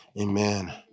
Amen